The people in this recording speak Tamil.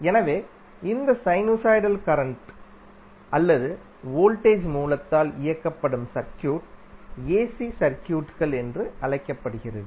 எனவே இந்த சைனுசாய்டல் கரண்ட்டால் அல்லது வோல்டேஜ் மூலத்தால் இயக்கப்படும் சர்க்யூட் ஏசி சர்க்யூட் கள் என்று அழைக்கப்படுகிறது